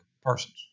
persons